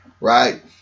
right